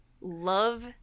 love